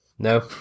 No